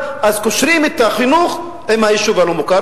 לחקור את האירוע.